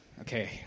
Okay